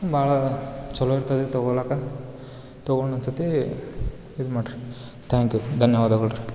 ಭಾಳ ಚಲೋ ಇರ್ತದೆ ರೀ ತಗೋಳಾಕೆ ತಗೊಂಡು ಒಂದ್ಸತಿ ಇದು ಮಾಡ್ರಿ ತ್ಯಾಂಕ್ ಯು ಧನ್ಯವಾದಗಳ್ ರೀ